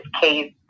case